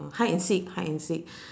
uh hide and seek hide and seek